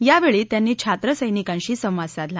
यावेळी त्यांनी छात्रसैनिकांशी संवाद साधला